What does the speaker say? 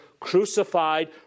crucified